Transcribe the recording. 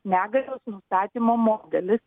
negalios nustatymo modelis